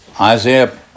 Isaiah